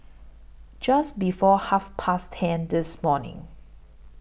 Just before Half Past ten This morning